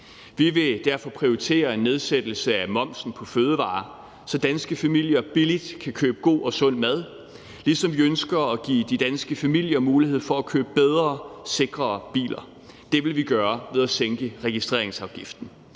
Vi vil derfor prioritere en nedsættelse af momsen på fødevarer, så danske familier billigt kan købe god og sund mad, ligesom vi ønsker at give de danske familier mulighed for at købe bedre og sikrere biler. Det vil vi gøre ved at sænke registreringsafgiften.